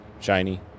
Shiny